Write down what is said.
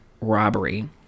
robbery